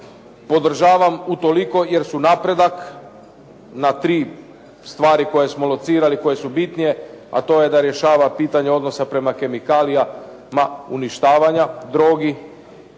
podržavam utoliko jer su napredak na tri stvari koje smo locirali, koje su bitnije a to je da rješava pitanje odnosa prema kemikalijama uništavanja droga.